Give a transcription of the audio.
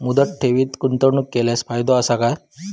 मुदत ठेवीत गुंतवणूक केल्यास फायदो काय आसा?